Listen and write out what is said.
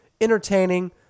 entertaining